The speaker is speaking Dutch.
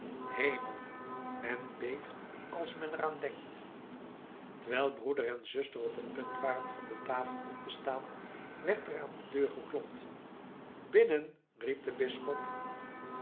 hemel men beeft als men er aan denkt terwijl broeder en zuster op t punt waren van de tafel op te staan werd er aan de deur geklopt binnen riep de bisschop